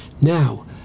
Now